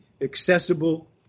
accessible